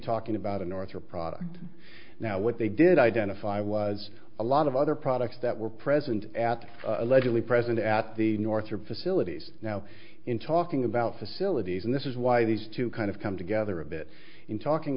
talking about a northrop product now what they did identify was a lot of other products that were present at allegedly present at the northrop facilities now in talking about facilities and this is why these two kind of come together a bit in talking